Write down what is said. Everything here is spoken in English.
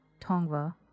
Tongva